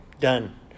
done